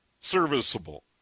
serviceable